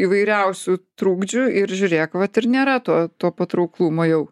įvairiausių trukdžių ir žiūrėk vat ir nėra to to patrauklumo jau